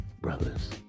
brothers